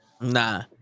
Nah